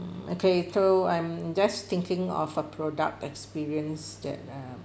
mm okay so I'm just thinking of a product experience that um